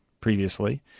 Previously